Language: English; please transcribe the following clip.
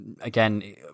again